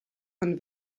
von